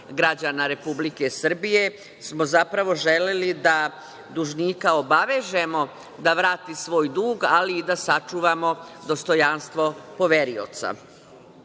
građana Republike Srbije, zapravo smo želeli da dužnika obavežemo da vrati svoj dug, ali i da sačuvamo dostojanstvo poverioca. Tražili